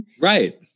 Right